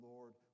Lord